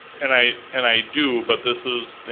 and i and i do, but this is,